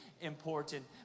important